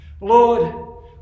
Lord